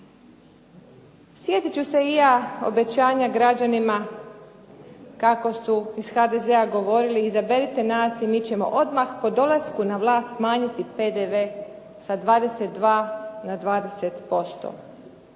Sjetit ću se i ja obećanja građanima kako su iz HDZ-a govorili izaberite nas i mi ćemo odmah po dolasku na vlast smanjiti PDV sa 22 na 20%.